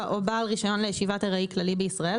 או בעל רישיון לישיבת ארעי כללי בישראל,